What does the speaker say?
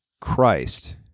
Christ